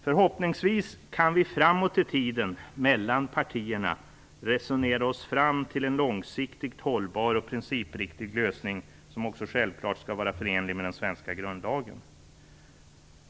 Förhoppningsvis kan vi framåt i tiden mellan partierna resonera oss fram till en långsiktigt hållbar och principriktig lösning som självfallet också skall vara förenlig med den svenska grundlagen.